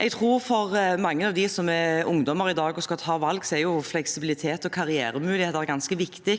Jeg tror at for mange av dem som er ungdommer i dag og skal ta valg, er fleksibilitet og karrieremuligheter ganske viktig.